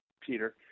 Peter